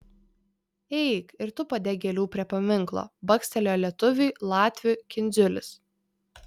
eik ir tu padėk gėlių prie paminklo bakstelėjo lietuviui latvių kindziulis